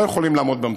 לא יכולים לעמוד במשימה.